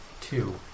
Two